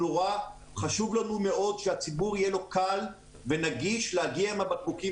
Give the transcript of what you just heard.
חשוב לנו מאוד שהציבור יהיה לו קל ונגיש להגיע עם הבקבוקים